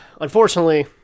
unfortunately